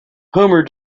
homer